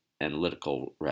analytical